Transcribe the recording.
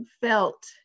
felt